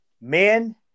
Men